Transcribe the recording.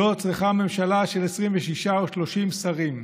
לא צריכה ממשלה של 26 או 30 שרים,